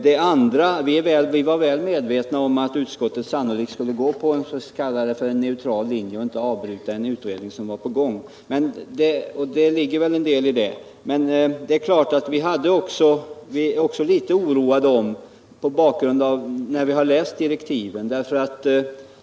Sedan var vi nog medvetna om att utskottet sannolikt skulle gå på låt oss kalla det en neutral linje och inte avbryta en utredning som var på gång, och det ligger väl en del i det. Men vi var litet oroade sedan vi läst direktiven.